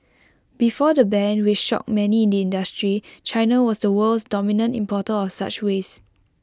before the ban which shocked many in the industry China was the world's dominant importer of such waste